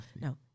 No